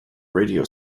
radio